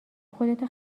خودتو